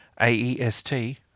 AEST